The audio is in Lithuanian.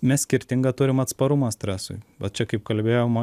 mes skirtingą turim atsparumą stresui va čia kaip kalbėjom